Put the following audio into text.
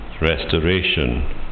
restoration